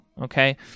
Okay